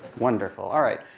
wonderful. all right.